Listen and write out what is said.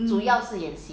mmhmm